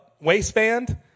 waistband